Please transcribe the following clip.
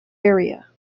area